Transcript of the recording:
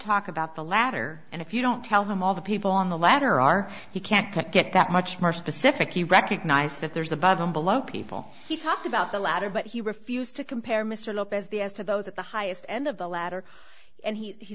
talk about the latter and if you don't tell him all the people on the latter are you can't get that much more specific you recognize that there is above and below people he talked about the latter but he refused to compare mr lopez the as to those at the highest end of the ladder and he